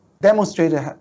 demonstrated